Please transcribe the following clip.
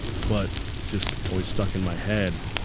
but just always stuck in my head.